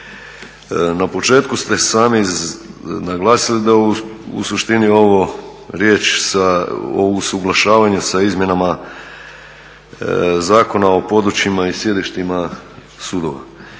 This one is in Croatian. Na početku ste sami naglasili da je u suštini ovo riječ o usuglašavanju sa izmjenama Zakona o područjima i sjedištima sudova.